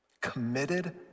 Committed